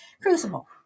Crucible